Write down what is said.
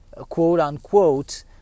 quote-unquote